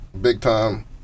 big-time